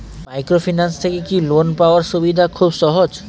Microfinance থেকে কি loan পাওয়ার সুবিধা খুব সহজ?